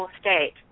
state